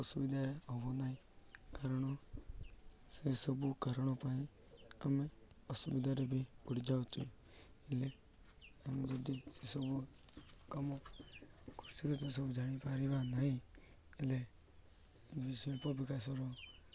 ଅସୁବିଧାରେ ହେବ ନାହିଁ କାରଣ ସେସବୁ କାରଣ ପାଇଁ ଆମେ ଅସୁବିଧାରେ ବି ପଡ଼ିଯାଉଛୁ ହେଲେ ଆମେ ଯଦି ସେସବୁ କାମ କୃଷି କାର୍ଯ୍ୟ ସବୁ ଜାଣିପାରିବା ନାହିଁ ହେଲେ ବି ଶିଳ୍ପ ବିକାଶର